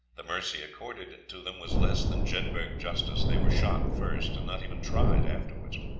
the mercy accorded to them was less than jedburgh justice they were shot first, and not even tried afterwards.